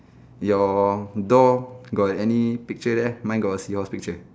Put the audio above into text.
your door got any picture there mine got a seahorse picture